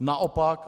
Naopak